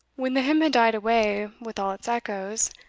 when the hymn had died away with all its echoes,